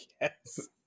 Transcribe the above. yes